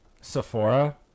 Sephora